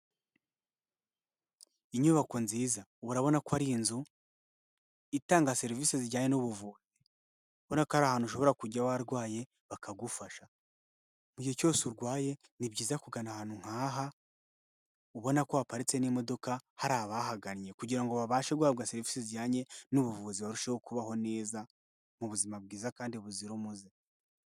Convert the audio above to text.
Inyubako nziza, urabona ko ari inzu itanga serivise zijyanye n'ubuvuzi, urabona ko ari ahantu ushobora kujya warwaye bakagufasha mu gihe cyose urwaye ni byiza kugana ahantu nk'aha, ubona ko haparitse n'imodoka hari abahagannye kugira ngo babashe guhabwa serivise zijyanye n'ubuvuzi barusheho kubaho neza mu buzima bwiza kandi buzira umuze.